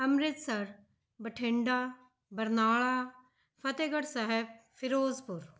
Amritsar Bathinda Barnala Fatehgarh Sahib Firozpur